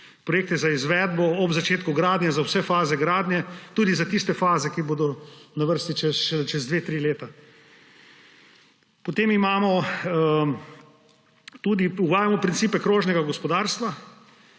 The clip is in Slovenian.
projekte za izvedbo ob začetku gradnje za vse faze gradnje, tudi za tiste faze, ki bodo na vrsti šele čez dve, tri leta. Potem uvajamo principe krožnega gospodarstva.